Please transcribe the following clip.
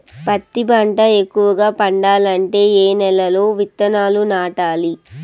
పత్తి పంట ఎక్కువగా పండాలంటే ఏ నెల లో విత్తనాలు నాటాలి?